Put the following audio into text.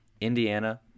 Indiana